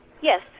Yes